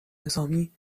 نظامی